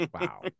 Wow